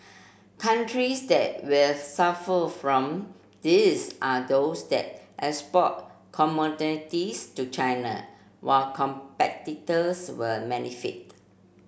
countries that will suffer from this are those that export commodities to China while competitors will benefit